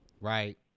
right